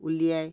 উলিয়াই